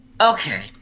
Okay